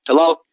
Hello